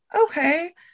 Okay